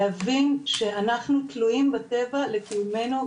להבין שאנחנו תלויים בטבע לקיומנו,